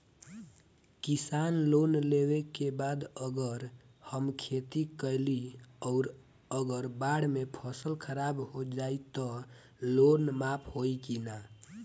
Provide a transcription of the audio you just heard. किसान लोन लेबे के बाद अगर हम खेती कैलि अउर अगर बाढ़ मे फसल खराब हो जाई त लोन माफ होई कि न?